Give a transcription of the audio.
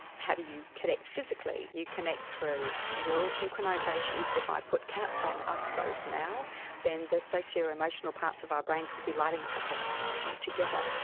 how do you connect physically? you connect through neural synchronisation. if i put caps on us both now then the socioemotional parts of our brains will be lighting up like a christmas tree together,